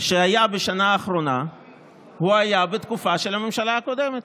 שהייתה בשנה האחרונה היה בתקופה של הממשלה הקודמת,